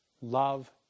love